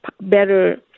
better